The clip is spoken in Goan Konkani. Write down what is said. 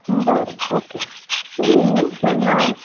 बरें ओके तुमी न्हय जेन्ना